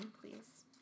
please